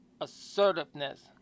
assertiveness